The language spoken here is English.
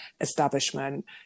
establishment